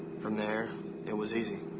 ifrom there it was easy.